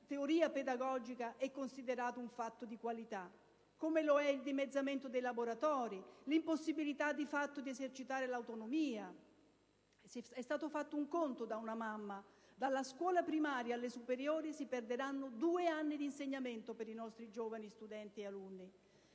teoria pedagogica, è considerato un fatto di qualità. Come lo è il dimezzamento dei laboratori, l'impossibilità di fatto di esercitare l'autonomia. È stato fatto un conto da una mamma: dalla scuola primaria alle superiori i nostri giovani studenti ed alunni